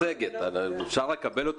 אפשר לקבל את